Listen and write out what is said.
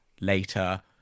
later